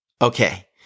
Okay